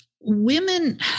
women